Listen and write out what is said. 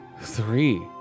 Three